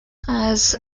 has